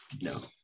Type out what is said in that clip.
No